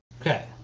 Okay